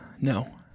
no